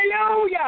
Hallelujah